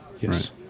Yes